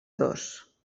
dos